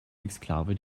exklave